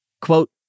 quote